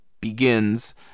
begins